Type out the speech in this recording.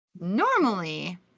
normally